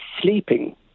sleeping